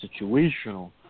situational